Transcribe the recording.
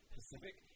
Pacific